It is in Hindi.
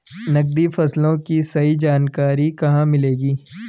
नकदी फसलों की सही जानकारी कहाँ मिलेगी?